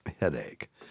Headache